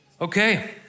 okay